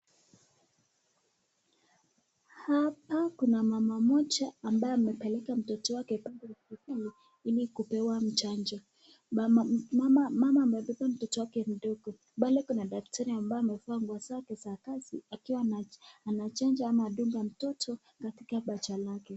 Hapa kuna mama mmoja ambaye amepeleka mtoto wake pale hoslitali, ili kupewa chanjo. Mama amebeba mtoto wake mdogo, mbele kuna daktari ambaye amevaa nguo zake za kazi akiwa anachanja ama anadunga mtoto katika paja lake.